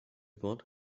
wort